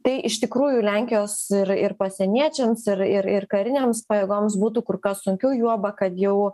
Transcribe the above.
tai iš tikrųjų lenkijos ir ir pasieniečiams ir ir ir karinėms pajėgoms būtų kur kas sunkiau juoba kad jau